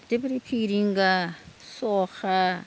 बिदिनो फिरिंगा सखा